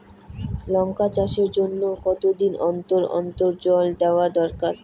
লঙ্কা চাষের জন্যে কতদিন অন্তর অন্তর জল দেওয়া দরকার?